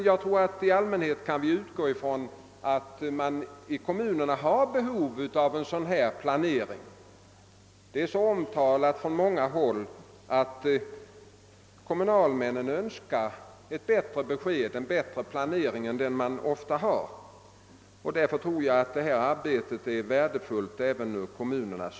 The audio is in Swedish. Jag tror att man kan utgå ifrån att kommunerna i allmänhet har behov av en sådan här planering. Det är också omvittnat från många håll, att kommunalmännen önskar bättre underlag och bättre planering än de vanligtvis nu har. Därför tror jag att detta arbete är värdefullt även för kommunerna.